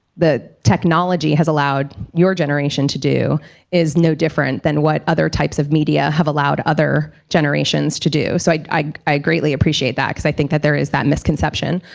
the technology has allowed your generation to do is no different than what other types of media have allowed other generations to do. so i i greatly appreciate that, because i think that there is that misconception.